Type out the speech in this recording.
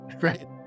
Right